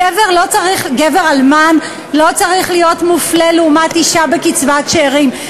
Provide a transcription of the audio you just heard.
גבר אלמן לא צריך להיות מופלה לעומת אישה בקצבת שאירים.